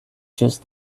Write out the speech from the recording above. just